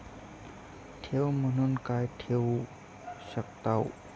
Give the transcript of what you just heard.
ठेव म्हणून काय ठेवू शकताव?